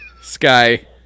Sky